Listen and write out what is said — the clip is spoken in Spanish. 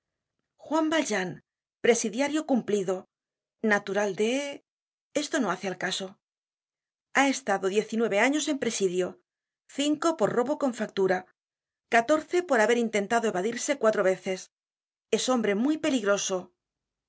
juan valjean presidiario cumplido natural de esto no hace al caso ha estado diez y nueve años en presidio cinco por robo con fractura catorce por haber intentado evadirse cuatro veces es hombre muy peligroso ya